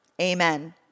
Amen